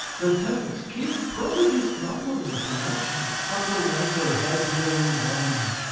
the turks killed prodigious numbers of the russians, but the latter had their revenge.